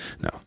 no